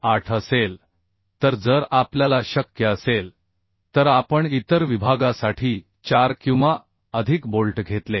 8 असेल तर जर आपल्याला शक्य असेल तर आपण इतर विभागासाठी 4 किंवा अधिक बोल्ट घेतले